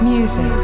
Music